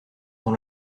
dans